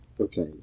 okay